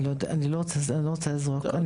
אני לא רוצה להגיד סתם.